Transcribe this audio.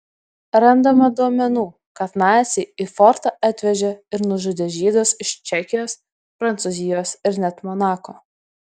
randama duomenų kad naciai į fortą atvežė ir nužudė žydus iš čekijos prancūzijos ir net monako